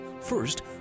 first